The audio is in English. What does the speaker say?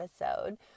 episode